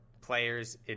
players